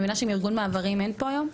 אז אני מבינה שמארגון מעברים אין פה היום?